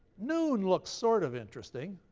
noon looks sort of interesting.